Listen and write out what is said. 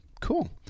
Cool